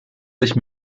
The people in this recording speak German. sich